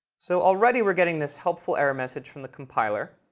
so already, we're getting this helpful error message from the compiler.